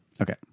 Okay